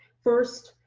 first,